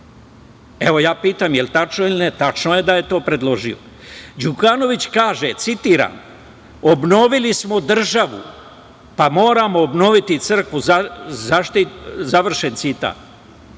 SPC. Ja pitam, da li je tačno ili ne? Tačno je da je to predložio. Đukanović kaže, citiram: „Obnovili smo državu, pa moramo obnoviti i crkvu“. Završen citat.